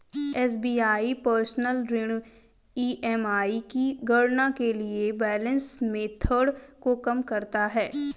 SBI personal ऋण EMI की गणना के लिए बैलेंस मेथड को कम करता है